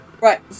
right